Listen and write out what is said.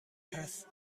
هست